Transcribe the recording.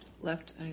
Left